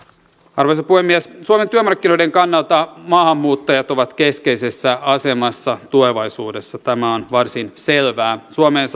arvoisa puhemies suomen työmarkkinoiden kannalta maahanmuuttajat ovat keskeisessä asemassa tulevaisuudessa tämä on varsin selvää suomeen